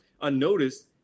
unnoticed